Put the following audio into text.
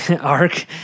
arc